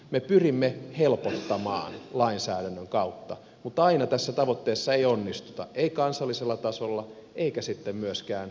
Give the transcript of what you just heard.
me pyrimme helpottamaan lainsäädännön kautta mutta aina tässä tavoitteessa ei onnistuta ei kansallisella tasolla eikä sitten myöskään kunnan tasolla